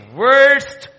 worst